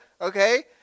okay